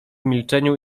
milczeniu